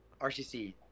rcc